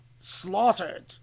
slaughtered